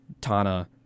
Tana